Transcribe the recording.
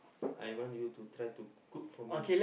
I want you to try to cook for me